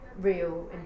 real